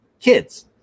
kids